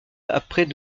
après